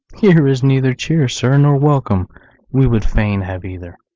here is neither cheer, sir, nor welcome we would fain have either.